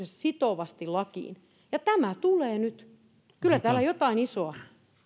sitovasti lakiin ja tämä tulee nyt kyllä täällä jotain isoa